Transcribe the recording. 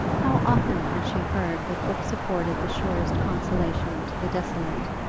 how often had she heard that books afforded the surest consolation to the desolate.